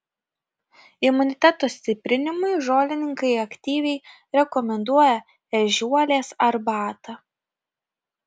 imuniteto stiprinimui žolininkai aktyviai rekomenduoja ežiuolės arbatą